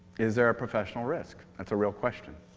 is there a professional risk? that's a real question.